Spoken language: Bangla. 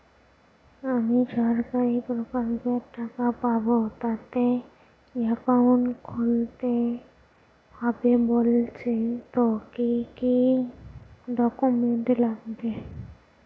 আমি সরকারি প্রকল্পের টাকা পাবো তাতে একাউন্ট খুলতে হবে বলছে তো কি কী ডকুমেন্ট লাগবে?